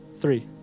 three